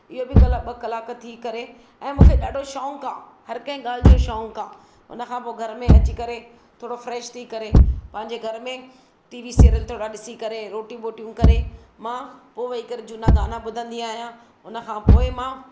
इहो बि कला ॿ कलाक थी करे ऐं मूंखे ॾाढो शौक़ु आहे हर कंहिं ॻाल्हि जो शौक़ु आहे हुन खां पोइ घर में अची करे थोरो फ्रेश थी करे पंहिंजे घर में टी वी सिरियल थोरा ॾिसी करे रोटियूं बोटियूं करे मां पोइ वेई करे झूना गाना ॿुधंदी आहियां हुन खां पोइ मां